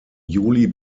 juli